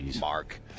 Mark